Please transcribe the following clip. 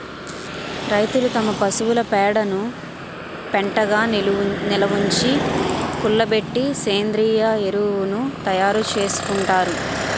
రైతులు తమ పశువుల పేడను పెంటగా నిలవుంచి, కుళ్ళబెట్టి సేంద్రీయ ఎరువును తయారు చేసుకుంటారు